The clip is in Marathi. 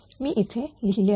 मी इथे लिहिले आहेत